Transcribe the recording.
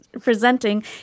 presenting